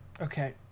Okay